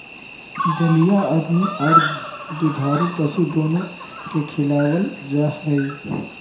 दलिया आदमी आर दुधारू पशु दोनो के खिलावल जा हई,